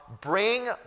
bring